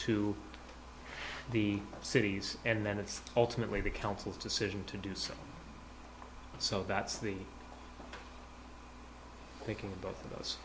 to the cities and then it's ultimately the council's decision to do so so that's the thank you both those